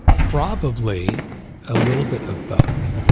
probably a little bit of both.